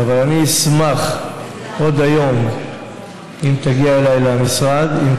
אבל אשמח אם תגיע אליי למשרד עוד היום